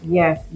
yes